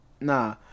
Nah